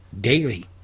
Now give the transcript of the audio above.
daily